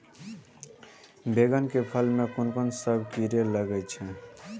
बैंगन के फल में कुन सब कीरा लगै छै यो?